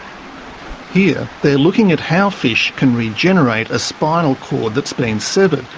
here, they're looking at how fish can regenerate a spinal cord that's been severed,